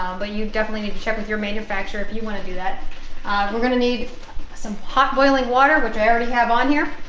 um but you definitely need to check your manufacturer if you want to do that we're going to need some hot boiling water which i already have on here